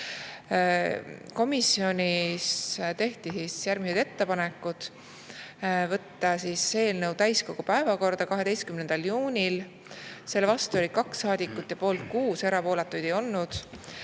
Komisjonis tehti järgmised ettepanekud. Võtta eelnõu täiskogu päevakorda 12. juunil, selle vastu oli 2 saadikut ja poolt 6, erapooletuid ei olnud.